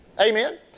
Amen